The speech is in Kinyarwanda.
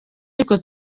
ariko